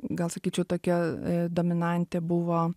gal sakyčiau tokia dominantė buvo